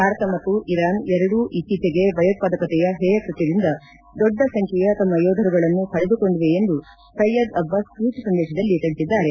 ಭಾರತ ಮತ್ತು ಇರಾನ್ ಎರಡೂ ಇತ್ತೀಚೆಗೆ ಭಯೋತ್ವಾದಕಯ ಹೇಯಕೃತ್ವದಿಂದ ದೊಡ್ಡ ಸಂಖ್ಯೆಯ ತಮ್ಮ ಯೋಧರುಗಳನ್ನು ಕಳೆದುಕೊಂಡಿವೆ ಎಂದು ಸೆಯ್ಕದ್ ಅಬ್ಬಾಸ್ ಟ್ವೀಟ್ ಸಂದೇಶದಲ್ಲಿ ತಿಳಿಸಿದ್ದಾರೆ